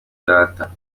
data